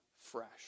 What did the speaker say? fresh